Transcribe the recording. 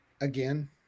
Again